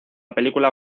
película